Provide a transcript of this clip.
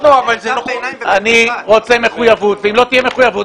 אם לא תהיה מחויבות,